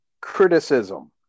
criticism